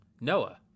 noah